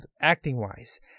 acting-wise